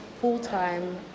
full-time